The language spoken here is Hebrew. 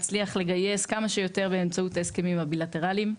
כדי להצליח לגייס כמה שיותר באמצעות ההסכמים הבילטרליים.